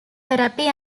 therapy